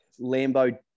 Lambo